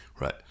Right